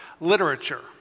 literature